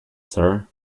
sir